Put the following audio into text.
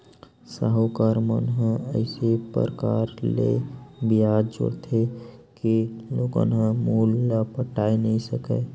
साहूकार मन ह अइसे परकार ले बियाज जोरथे के लोगन ह मूल ल पटाए नइ सकय